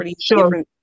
sure